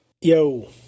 Yo